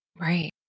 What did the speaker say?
Right